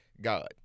God